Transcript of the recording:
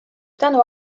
tänu